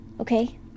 Okay